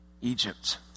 Egypt